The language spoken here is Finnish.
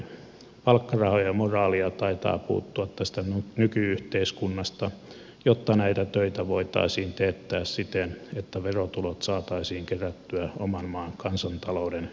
palkkarahoja ja moraalia taitaa puuttua tästä nyky yhteiskunnasta jotta näitä töitä voitaisiin teettää siten että verotulot saataisiin kerättyä oman maan kansantalouden ylläpitoon